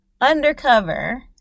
undercover